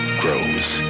grows